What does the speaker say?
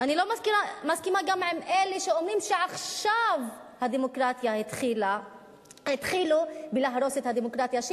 אני לא מסכימה עם אלה שאומרים שעכשיו התחילו להרוס את הדמוקרטיה,